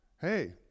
hey